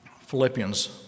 Philippians